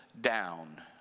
down